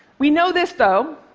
we know this, though,